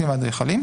והאדריכלים.